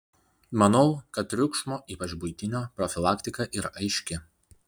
manau kad triukšmo ypač buitinio profilaktika yra aiški